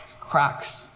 cracks